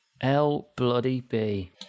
L-bloody-B